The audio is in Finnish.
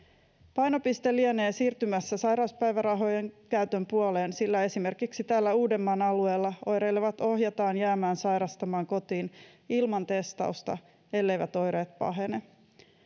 painopiste lienee siirtymässä sairauspäivärahojen käytön puoleen sillä esimerkiksi täällä uudenmaan alueella oireilevat ohjataan jäämään sairastamaan kotiin ilman testausta elleivät oireet pahene